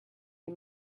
you